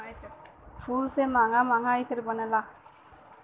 फूल से महंगा महंगा इत्र बनला